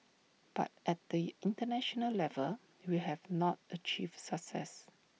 but at the International level we have not achieved success